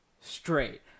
straight